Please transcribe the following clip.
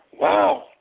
wow